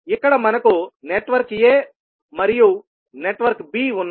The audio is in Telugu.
ఇక్కడ మనకు నెట్వర్క్ a మరియు నెట్వర్క్ b ఉన్నాయి